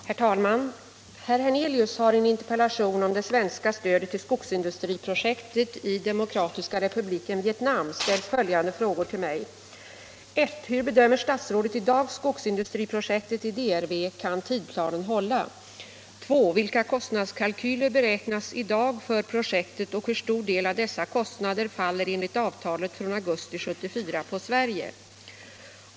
Herr talman! Herr Hernelius har i en interpellation om det svenska stödet till skogsindustriprojektet i Demokratiska republiken Vietnam ställt följande frågor till mig: 1. Hur bedömer statsrådet i dag skogsindustriprojektet i DRV? Kan tidsplanen hålla? 2. Vilka kostnadskalkyler beräknas i dag för projektet och hur stor del av dessa kostnader faller enligt avtalet från augusti 1974 på Sverige?